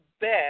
best